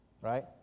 right